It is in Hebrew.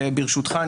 ברשותך,